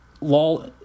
Law